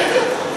ראיתי אותו.